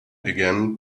again